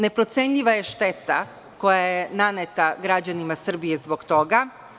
Neprocenjiva je šteta koja je naneta građanima Srbije zbog toga.